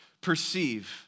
perceive